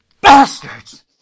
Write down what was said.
bastards